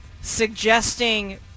suggesting